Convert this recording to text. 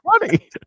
funny